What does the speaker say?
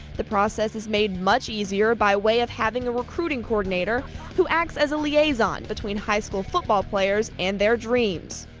the process is made much easier by way of having a recruiting coordinator who acts as a liaison between high school football players and their dreams.